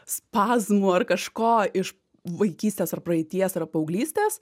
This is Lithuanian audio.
spazmų ar kažko iš vaikystės ar praeities ar paauglystės